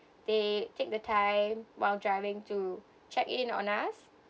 they take the time while driving to check in on us